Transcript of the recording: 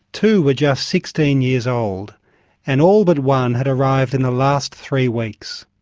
two were just sixteen years old and all but one had arrived in the last three weeks.